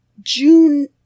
june